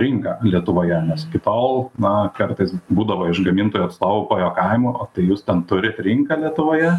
rinka lietuvoje nes iki tol na kartais būdavo iš gamintojo atstovų pajuokavimo tai jūs ten turit rinką lietuvoje